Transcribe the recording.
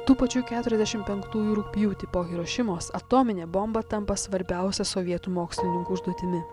tų pačių keturiasdešimt penktųjų rugpjūtį po hirošimos atominė bomba tampa svarbiausia sovietų mokslininkų užduotimi